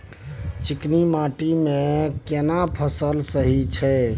चिकनी माटी मे केना फसल सही छै?